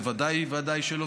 בוודאי ובוודאי שלא,